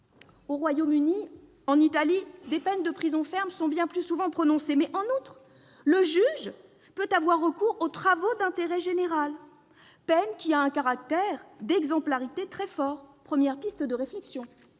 Au Royaume-Uni, en Italie, des peines de prison ferme sont bien plus souvent prononcées. En outre, le juge peut avoir recours aux travaux d'intérêt général, peine qui présente un caractère d'exemplarité très fort. Il s'agit d'une première piste de réflexion